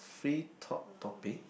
free talk topic